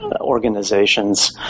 organizations